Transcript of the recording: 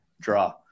draw